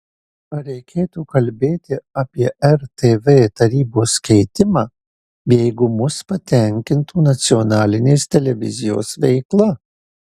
ar reikėtų kalbėti apie rtv tarybos keitimą jeigu mus patenkintų nacionalinės televizijos veikla